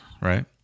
right